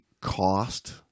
cost